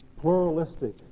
pluralistic